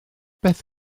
beth